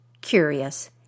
curious